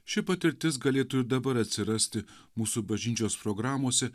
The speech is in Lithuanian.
ši patirtis galėtų ir dabar atsirasti mūsų bažnyčios programose